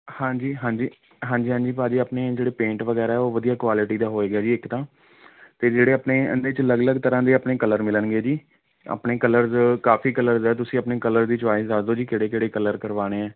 ਹਾਂਜੀ ਹਾਂਜੀ ਹਾਂਜੀ ਹਾਂਜੀ ਭਾਅ ਜੀ ਆਪਣੇ ਜਿਹੜੇ ਪੇਂਟ ਵਗੈਰਾ ਉਹ ਵਧੀਆ ਕੁਆਲਟੀ ਦਾ ਹੋਏਗਾ ਜੀ ਇੱਕ ਤਾਂ ਅਤੇ ਜਿਹੜੇ ਆਪਣੇ ਇਹਦੇ 'ਚ ਅਲੱਗ ਅਲੱਗ ਤਰ੍ਹਾਂ ਦੇ ਆਪਣੇ ਕਲਰ ਮਿਲਣਗੇ ਜੀ ਆਪਣੇ ਕਲਰਜ਼ ਕਾਫ਼ੀ ਕਲਰਜ਼ ਹੈ ਤੁਸੀਂ ਆਪਣੇ ਕਲਰ ਦੀ ਚੋਆਇਸ ਦੱਸ ਦਿਉ ਜੀ ਕਿਹੜੇ ਕਿਹੜੇ ਕਲਰ ਕਰਵਾਉਣੇ ਹੈ